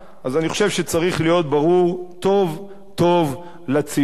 אני חושב שצריך להיות ברור טוב טוב לציבור